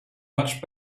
much